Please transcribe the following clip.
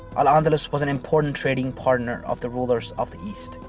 al-andalus was an important trading partner of the rulers of the east.